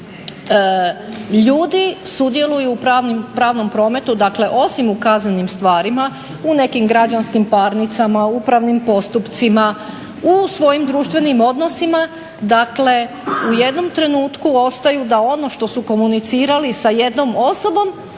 imenom. Ljudi sudjeluju u pravnom prometu, dakle osim u kaznenim stvari u nekim građanskim parnicama, upravnim postupcima, u svojim društvenim odnosima, dakle u jednom trenutku ostaju da ono što su komunicirali sa jednom osobom